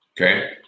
Okay